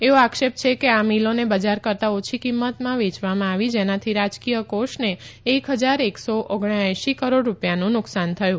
એવો આક્ષેપ છે કે આ મીલોને બજાર કરતા ઓછી કિંમતા વેચવામાં આવી જેનાથી રાજકીય કોષને એક હજાર એકસો ઓગણાએંશી કરોડ રૂપિયાનું નુકસાન થયું